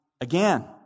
again